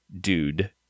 dude